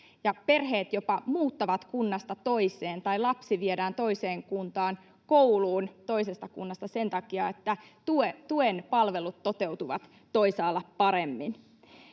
Perheet jopa muuttavat kunnasta toiseen tai lapsi viedään toiseen kuntaan kouluun toisesta kunnasta sen takia, että tuen palvelut toteutuvat toisaalla paremmin.